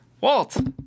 Walt